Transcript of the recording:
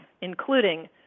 including